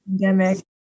pandemic